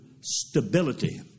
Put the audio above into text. stability